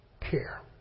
care